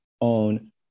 own